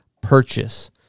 purchase